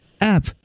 app